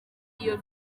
iyo